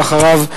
ואחריו,